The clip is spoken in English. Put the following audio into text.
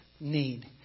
need